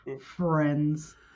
Friends